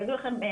כידוע לכם,